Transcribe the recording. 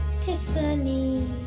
Tiffany